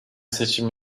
seçim